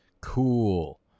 Cool